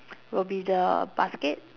will be the basket